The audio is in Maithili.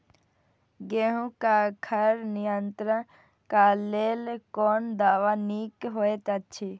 गेहूँ क खर नियंत्रण क लेल कोन दवा निक होयत अछि?